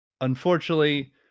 unfortunately